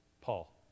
Paul